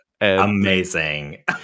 Amazing